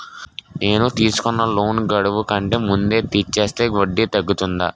నేను తీసుకున్న లోన్ గడువు కంటే ముందే తీర్చేస్తే వడ్డీ తగ్గుతుందా?